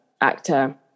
actor